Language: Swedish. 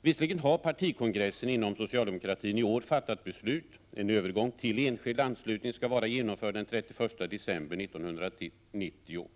Visserligen har partikongressen inom socialdemokratin i år fattat beslut om en övergång till enskild anslutning som skall vara genomförd den 31 december 1990.